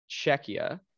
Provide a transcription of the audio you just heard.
Czechia